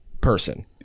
person